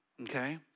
Okay